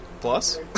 Plus